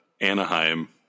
Anaheim